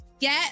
get